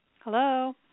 hello